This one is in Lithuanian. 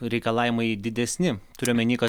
reikalavimai didesni turiu omeny kad